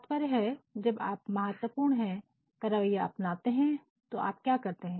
तात्पर्य है जब आप यू ऐटिटूड ं का रवैया अपनाते हैं तो आप क्या करते हैं